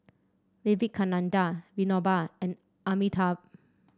Vivekananda Vinoba and Amitabh